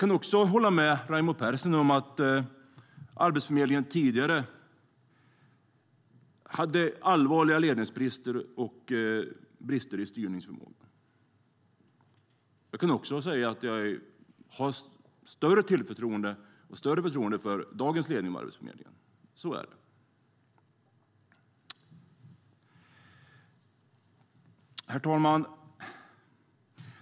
Jag kan hålla med Raimo Pärssinen om att Arbetsförmedlingen tidigare hade allvarliga ledningsbrister och brister i styrningsförmågan. Jag kan också säga att jag har större förtroende för Arbetsförmedlingens nuvarande ledning. Herr talman!